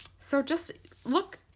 so just look,